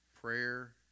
Prayer